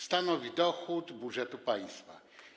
Stanowi dochód budżetu państwa.